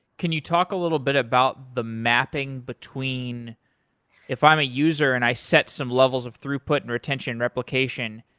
can you talk a little bit about the mapping between if i'm a user and i set some levels of throughput and retention replication,